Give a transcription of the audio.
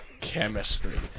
chemistry